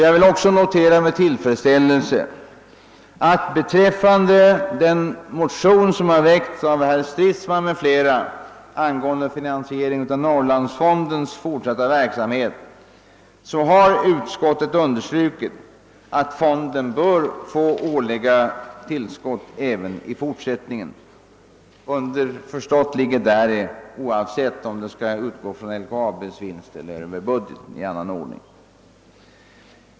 Jag vill också med tillfredsställelse notera, att beträffande den motion som har väckts av herr Stridsman m.fl. angående finansieringen av Norrlandsfondens fortsatta verksamhet utskottet har understrukit, att fonden bör få årliga tillskott även i fortsättningen — underförstått ligger däri: oavsett om de skall utgå från LKAB:s vinst eller över budgeten.